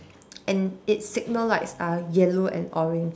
and its signal lights are yellow and orange